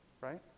Right